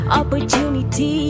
opportunity